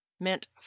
meant